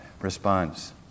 response